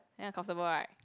very uncomfortable right